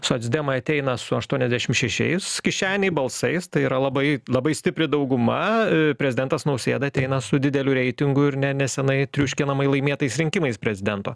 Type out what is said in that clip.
socdemai ateina su aštuoniadešim šešiais kišenėj balsais tai yra labai labai stipri dauguma prezidentas nausėda ateina su dideliu reitingu ir ne nesenai triuškinamai laimėtais rinkimais prezidento